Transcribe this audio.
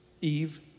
Eve